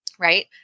right